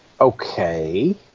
okay